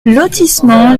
lotissement